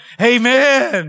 Amen